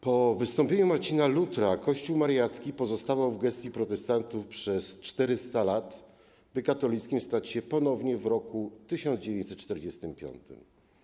Po wystąpieniu Marcina Lutra kościół Mariacki pozostawał w gestii protestantów przez 400 lat, by katolickim stać się ponownie w roku 1945.